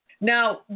Now